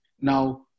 Now